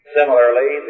Similarly